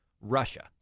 Russia